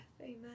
Amen